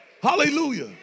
Hallelujah